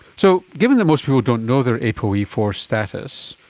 so given that most people don't know their apoe e four status,